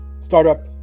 Startup